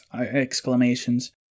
exclamations